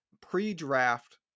pre-draft